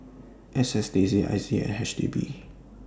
S S D C I C and H D B